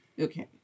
Okay